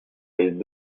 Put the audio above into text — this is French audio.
les